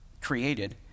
created